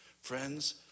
friends